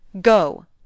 Go